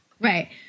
right